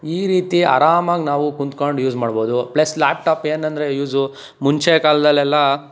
ಈ ರೀತಿ ಆರಾಮಾಗಿ ನಾವು ಕುಂತ್ಕಂಡು ಯೂಸ್ ಮಾಡ್ಬೋದು ಪ್ಲಸ್ ಲ್ಯಾಪ್ಟಾಪ್ ಏನು ಅಂದರೆ ಯೂಸು ಮುಂಚೆ ಕಾಲದಲ್ಲೆಲ್ಲ